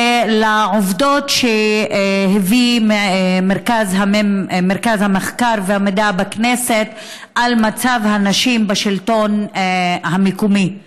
ולעובדות שהביא מרכז המחקר והמידע בכנסת על מצב הנשים בשלטון המקומי.